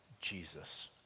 Jesus